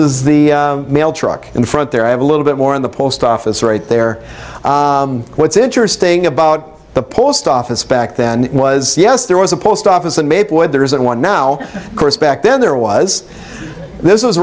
is the mail truck in the front there i have a little bit more in the post office right there what's interesting about the post office back then was yes there was a post office in maplewood there isn't one now of course back then there was this was